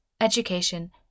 education